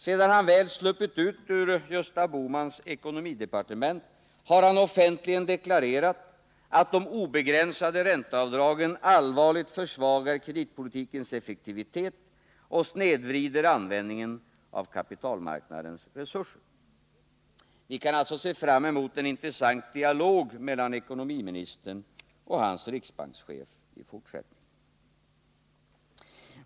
Sedan han väl sluppit ut ur Gösta Bohmans ekonomidepartement, har han offentligen deklarerat att de obegränsade ränteavdragen allvarligt försvagar kreditpolitikens effektivitet och snedvrider användningen av kapitalmarknadens resurser. I fortsättningen kan vi alltså se fram emot en intressant dialog mellan ekonomiministern och hans riksbankschef.